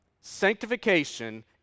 sanctification